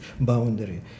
boundary